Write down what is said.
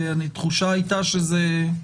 התחושה היתה שגם